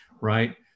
right